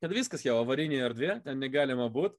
kad viskas jau avarinė erdvė ten negalima būt